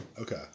Okay